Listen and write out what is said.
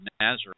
Nazareth